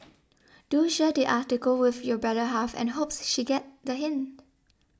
do share the article with your better half and hopes she get the hint